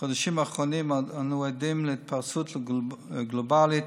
בחודשים האחרונים אנו עדים להתפרצות גלובלית